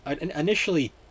initially